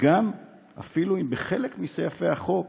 אפילו אם בחלק מסעיפי החוק